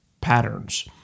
Patterns